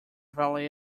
valet